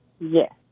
Yes